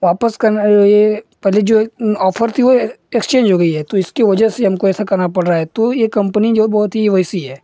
वापस करने पहले जो ऑफ़र था वह एक्सचेन्ज हो गया है इसकी वज़ह से हमको ऐसा करना पड़ रहा है तो यह कम्पनी जो बहुत ही वैसी है